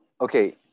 okay